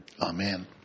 Amen